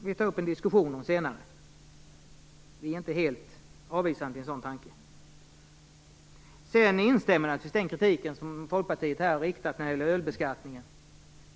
Vi är inte helt avvisande till en sådan tanke. Jag instämmer i den kritik som Folkpartiet har yttrat när det gäller ölbeskattningen.